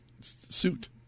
suit